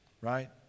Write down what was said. Right